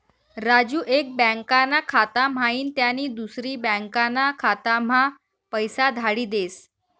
राजू एक बँकाना खाता म्हाईन त्यानी दुसरी बँकाना खाताम्हा पैसा धाडी देस